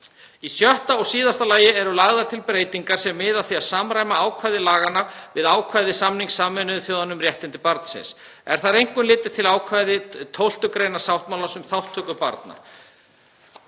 Í sjötta og síðasta lagi eru lagðar til breytingar sem miða að því að samræma ákvæði laganna við ákvæði samnings Sameinuðu þjóðanna um réttindi barnsins. Er þar einkum litið til ákvæðis 12. gr. sáttmálans um þátttöku barna.